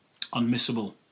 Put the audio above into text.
unmissable